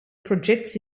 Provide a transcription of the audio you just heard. projects